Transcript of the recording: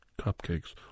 cupcakes